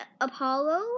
Apollo